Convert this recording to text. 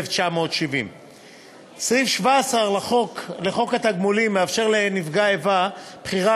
1970. סעיף 17 לחוק התגמולים מאפשר לנפגע האיבה בחירה